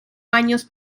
años